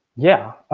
yeah,